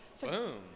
Boom